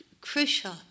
crucial